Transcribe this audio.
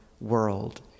world